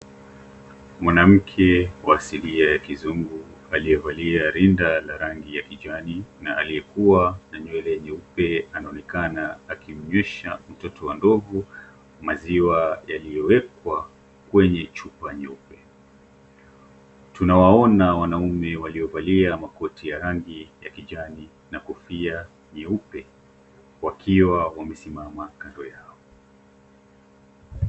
Mwanamke wa asili ya kizungu aliyevalia rinda la rangi ya kijani na aliyekuwa na nywele nyeupe anaonekana akimnywesha mtoto wa ndovu maziwa yaliyowekwa kwenye chupa nyeupe. Tunaona wanaume waliovaa makoti ya rangi ya kijani na kofia nyeupe, wakiwa wamesimama kando yao.